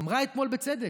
אמרה אתמול בצדק: